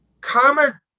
Karma